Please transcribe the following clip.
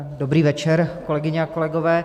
Dobrý večer, kolegyně a kolegové.